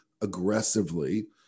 aggressively